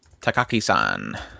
Takaki-san